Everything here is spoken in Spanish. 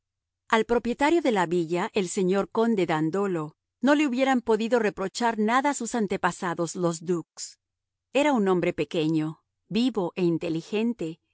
al propietario de la villa el señor conde dandolo no le hubieran podido reprochar nada sus antepasados los dux era un hombre pequeño vivo e inteligente